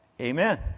Amen